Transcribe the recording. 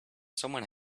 someone